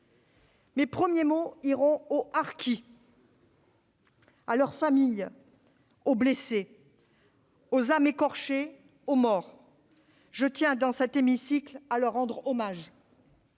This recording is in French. Mes premiers mots iront aux harkis, à leurs familles, aux blessés, aux âmes écorchées, aux morts. Je tiens à rendre hommage